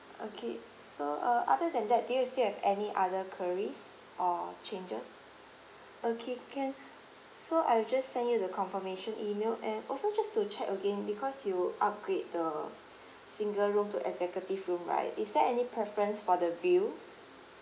okay so uh other than that do you still have any other queries or changes okay can so I just send you the confirmation email and also just to check again because you would upgrade the single room to executive room right is there any preference for the bill